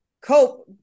Cope